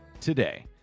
today